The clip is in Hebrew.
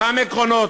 אותם עקרונות,